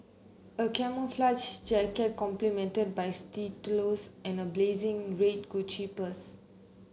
a camouflage jacket complemented by stilettos and a blazing red Gucci purse